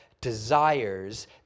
desires